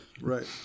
right